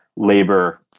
labor